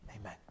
Amen